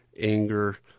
anger